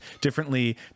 differently